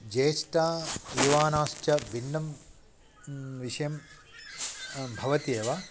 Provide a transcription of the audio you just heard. ज्येष्ठाः युवानाश्च भिन्नं विषयं भवत्येव